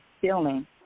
feeling